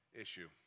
issue